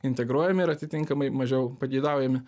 integruojami ir atitinkamai mažiau pageidaujami